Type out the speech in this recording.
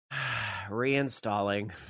Reinstalling